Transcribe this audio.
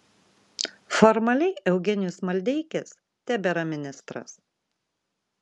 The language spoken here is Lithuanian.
formaliai eugenijus maldeikis tebėra ministras